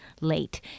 late